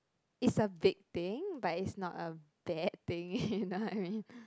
is a big thing but it's not a bad thing you know what I mean